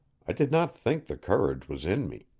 i did not think the courage was in me.